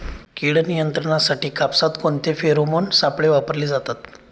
कीड नियंत्रणासाठी कापसात कोणते फेरोमोन सापळे वापरले जातात?